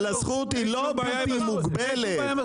אבל הזכות היא לא בלתי מוגבלת.